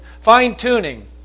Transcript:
Fine-tuning